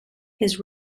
his